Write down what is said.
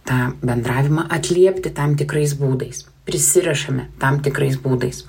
tą bendravimą atliepti tam tikrais būdais prisirišame tam tikrais būdais